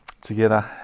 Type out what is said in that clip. Together